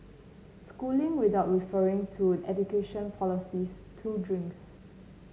schooling without referring to education policies two drinks